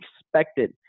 expected